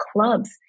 clubs